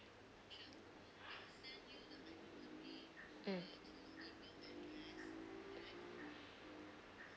mm